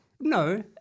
No